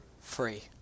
free